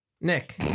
Nick